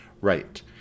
Right